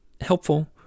helpful